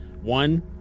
One